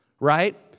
right